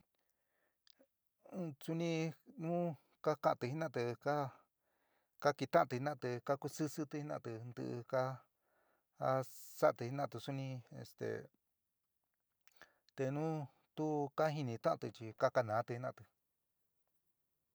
Suni nu kakaánti jinaáti ka ka keeta'anti jina'ati, ka kusiisiti jina'ati ntí ka sa'ati jina'ati suni este te nu tu ka jinita'anti chi kakana'ati nina'ati.